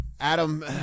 Adam